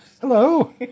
Hello